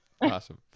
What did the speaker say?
Awesome